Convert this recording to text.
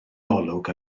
olwg